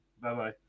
Bye-bye